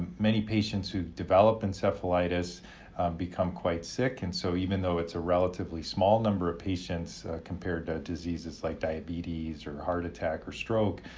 many patients who develop encephalitis become quite sick and so even though it's a relatively small number of patients compared to diseases like diabetes or heart attack or stroke,